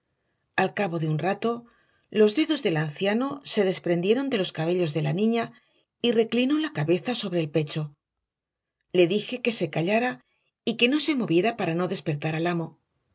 al cabo de un rato los dedos del anciano se desprendieron de los cabellos de la niña y reclinó la cabeza sobre el pecho le dije que se callara y que no se moviera para no despertar al amo